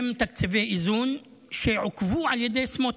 שהם תקציבי איזון שעוכבו על ידי סמוטריץ'.